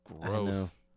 gross